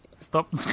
Stop